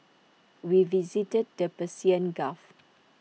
we visited the Persian gulf